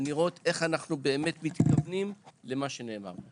ולראות איך אנחנו באמת מתכוונים למה שנאמר.